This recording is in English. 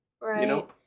Right